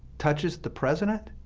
touches the president,